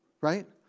right